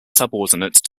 subordinate